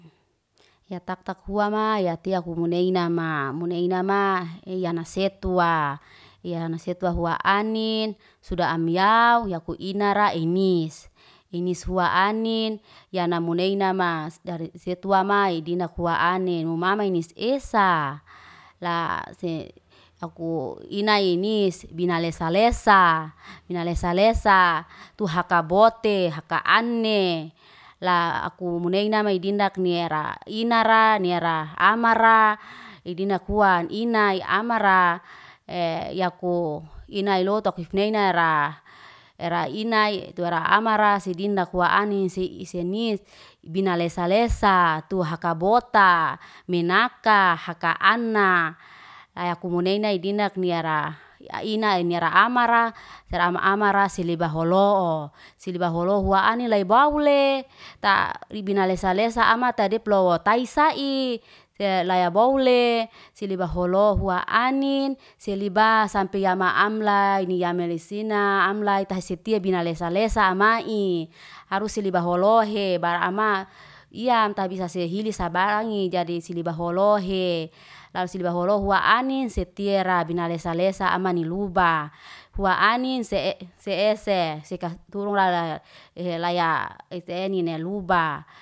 Ya taktak hua ma, ya tiahu muneina ma. Muneina ma hiyana setuwa. Hiyana setuwa hua anin, suda amiyaw, yaku inara inis. Inis hua anin, iyana muneina ma. Dari setuwa ma idindak hua anin, humamai nis esa. La se hakuo, ina nis bina lesa lesa. Bina lesa lesa, tu haka bote, haka ane. La aku muneina ma idindik niara, iyanara ina ra ni ara amara idinak hua. Inai, amara ee yaku inai loto kifneini ra. Era inai tua ara amara sidinak hua anis se i seni bina lesa lesa. Tua haka bota, minaka haka ana. Ayaku muneina indik iyanara. Ina ni ara amara sera amara selibaholo. Silibaholo hua anin la bawle, ta bina lesa lesa ama ta diplotaisa iy se laya bowle. Silibaholo hua anin, selibas sampe yama amlay ni ya melai sina amlai ta hesi tia bina lesa lesa, amai. Harus silibaholohe bara ama, iyam ta bisa seihili sabarangi, jadi silibaholohe. Lalu silibaholo hua anin, setiara bina lesa lesa ama ni luba. Hua ani s ee se seka turung rara ee laya esenin luba.